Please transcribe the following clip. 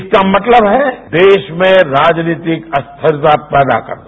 इसका मतलब है देश में राजनीति अस्थिरता पैदा करना